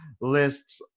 lists